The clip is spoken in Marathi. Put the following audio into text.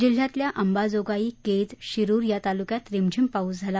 जिल्ह्यातल्या अंबाजोगाई क्जि शिरूर या तालुक्यात रिमझीम पाऊस झाला